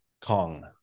Kong